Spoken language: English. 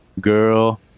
girl